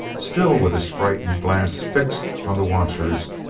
still with his frightened glance fixed on the watchers,